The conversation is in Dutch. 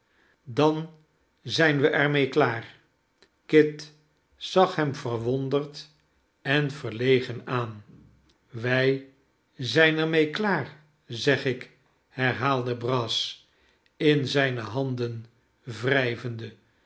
dan zyn we er mee klaar kit zag hem verwonderd en verlegen aan wij zijn er mee klaar zeg ik herhaalde brass in zijne handen